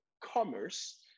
commerce